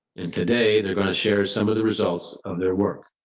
and today they're going to share some of the results of their work.